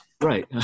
Right